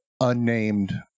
unnamed